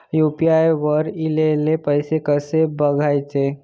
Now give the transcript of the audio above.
UPI वर ईलेले पैसे कसे बघायचे?